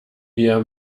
wir